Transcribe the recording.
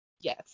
Yes